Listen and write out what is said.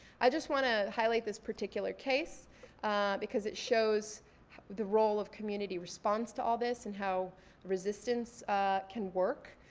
i just wanna highlight this particular case because it shows the role of community response to all this and how resistance can work.